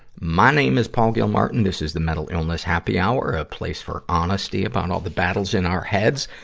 my name is paul gilmartin. this is the mental illness happy hour a place for honesty about all the battles in our heads,